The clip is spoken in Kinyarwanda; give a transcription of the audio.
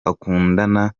akundana